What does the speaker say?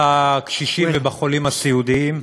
בקשישים ובחולים הסיעודיים.